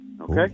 Okay